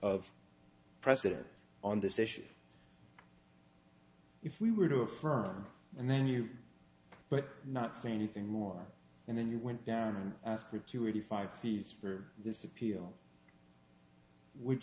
of precedent on this issue if we were to affirm and then you but not say anything more and then you went down and asked me to eighty five fees for this appeal would